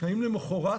האם למוחרת